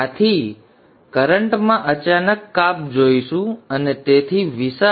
આપણે કરન્ટમાં અચાનક કાપ જોશું અને તેથી વિશાળ